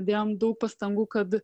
dėjom daug pastangų kad